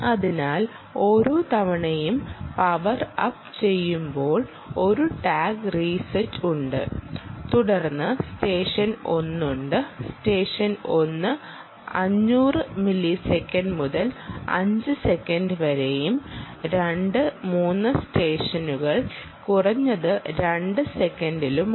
അതിനാൽ ഓരോ തവണയും പവർ അപ്പ് ചെയ്യുമ്പോൾ ഒരു ടാഗ് റീസെറ്റ് ഉണ്ട് തുടർന്ന് സ്റ്റെഷൻ 1 ഉണ്ട്സ്റ്റെഷൻ 1 500 മില്ലിസെക്കൻഡ് മുതൽ 5 സെക്കൻറ് വരെയും 2 3 സ്റ്റെഷനുകൾ കുറഞ്ഞത് 2 സെക്കൻഡിലുമാണ്